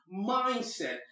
mindset